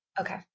okay